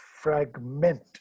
fragment